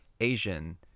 Asian